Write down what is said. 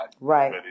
right